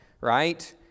right